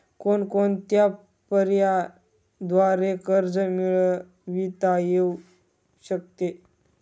कोणकोणत्या पर्यायांद्वारे कर्ज मिळविता येऊ शकते?